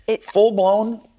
Full-blown